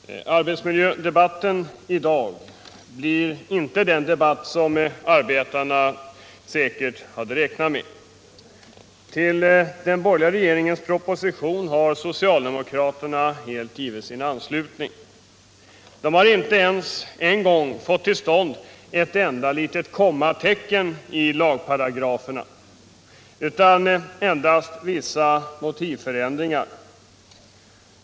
Herr talman! Arbetsmiljödebatten i dag blir inte den debatt som arbetarna säkert hade räknat med. Till den borgerliga regeringens proposition har socialdemokraterna helt givit sin anslutning. De har inte ens fått till ett enda litet kommatecken i lagparagraferna utan endast vissa förändringar i motivtexterna.